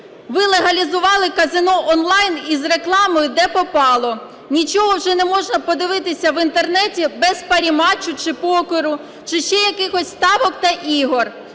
Ви легалізували казино онлайн із рекламою де попало. Нічого вже неможна подивитися в Інтернеті без парі-матчу чи покеру, чи ще якихось ставок та ігор.